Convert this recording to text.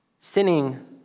sinning